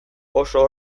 oso